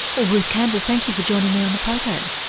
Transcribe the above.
well ruth campbell thank you for joining me on the program.